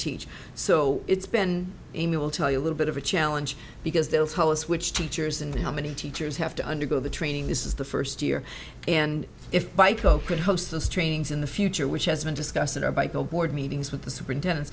teach so it's been a me will tell you a little bit of a challenge because they'll tell us which teachers and how many teachers have to undergo the training this is the first year and if by pope could host those trainings in the future which has been discussed in our by go board meetings with the superintendent